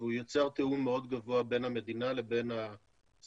והוא יצר תיאום מאוד גבוה בין המדינה לבין הספקים.